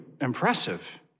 impressive